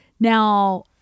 Now